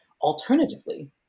Alternatively